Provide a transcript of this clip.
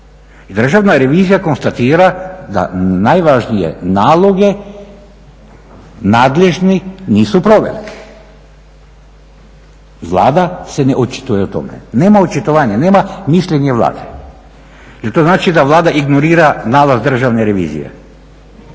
državna revizija konstatira da najvažnije naloge nadležni nisu proveli. Vlada se ne očituje o tome, nema očitovanja, nema mišljenje Vlade. Jer to znači da Vlada ignorira nalaz državne revizije?